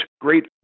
great